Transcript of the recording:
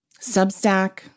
substack